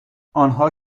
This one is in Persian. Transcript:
آنها